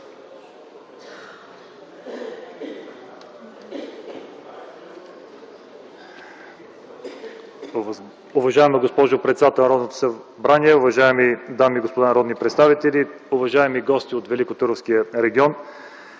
Уважаема госпожо председател на Народното събрание, уважаеми дами и господа народни представители, уважаеми гости от Великотърновския регион!